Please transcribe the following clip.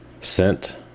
sent